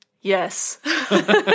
Yes